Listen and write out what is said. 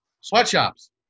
Sweatshops